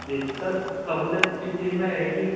جی sir سہولت کس چیز میں رہے گی